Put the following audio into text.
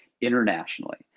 internationally